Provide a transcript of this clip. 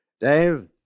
Dave